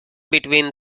between